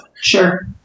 Sure